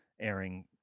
airing